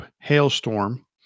Hailstorm